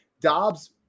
Dobbs